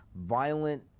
violent